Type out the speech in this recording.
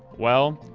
well,